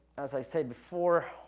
as i said before,